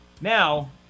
Now